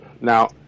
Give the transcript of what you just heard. Now